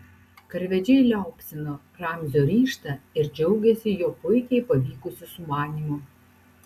karvedžiai liaupsino ramzio ryžtą ir džiaugėsi jo puikiai pavykusiu sumanymu